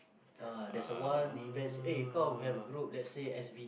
ah there's a one events eh come we have group let's say S_B